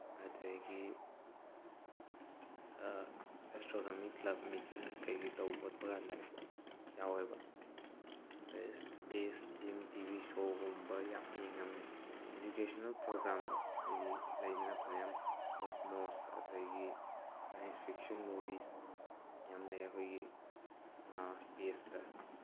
ꯑꯗꯨꯗꯒꯤ astronomy club meeting ꯀꯩꯀꯩ ꯇꯧꯕ ꯈꯣꯠꯄ ꯀꯥꯟꯗꯅꯦ ꯌꯥꯎꯑꯦꯕ ꯑꯗꯨꯗꯩ ꯏꯁꯄꯦꯁ ꯇꯤ ꯚꯤ ꯁꯣꯒꯨꯝꯕ ꯌꯥꯝ ꯌꯦꯡꯉꯝꯃꯦ ꯏꯖꯨꯀꯦꯁꯟꯅꯦꯜ ꯄ꯭ꯔꯣꯒ꯭ꯔꯥꯝ ꯍꯥꯏꯗꯤ ꯂꯩꯗꯅ ꯐꯅꯌꯥꯝꯅ ꯀꯣꯁꯃꯣꯁ ꯑꯗꯨꯗꯒꯤ ꯁꯥꯏꯟꯁ ꯐꯤꯛꯁꯟ ꯃꯨꯚꯤꯁ ꯌꯥꯝ ꯂꯩ ꯑꯩꯈꯣꯏꯒꯤ ꯏꯁꯄꯦꯁꯇ